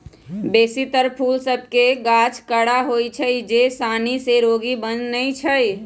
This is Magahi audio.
बेशी तर फूल सभ के गाछ कड़ा होइ छै जे सानी से रोगी न बनै छइ